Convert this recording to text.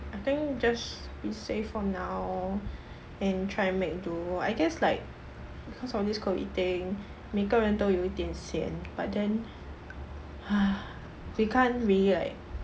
I think just be safe for now and try and make do I guess like because of this COVID thing 每个人都有一点 sian but then !hais! we can't really like